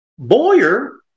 Boyer